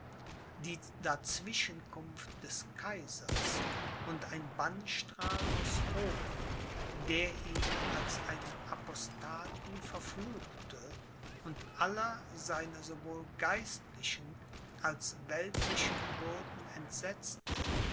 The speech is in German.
die dazwischenkunft des kaisers und ein bannstrahl aus rom der ihn als einen apostaten verfluchte und aller seiner sowohl geistlichen als weltlichen würden entsetzte